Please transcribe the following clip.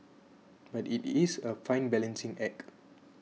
but it is a fine balancing act